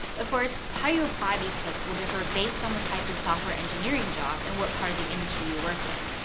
of course, how you apply these tips will differ based on the type of software engineering job and what part of the industry you work in.